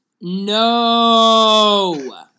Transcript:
No